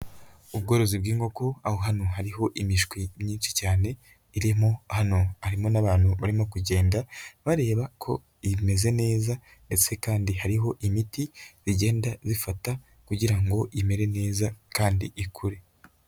Ubworozi bw'inkoko aho hano hariho imishwi myinshi cyane irimo, hano harimo n'abantu barimo kugenda bareba ko imeze neza ndetse kandi hariho imiti bigenda bifata kugira ngo imere neza kandi ikure.